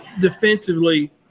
Defensively